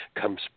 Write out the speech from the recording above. comes